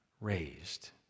raised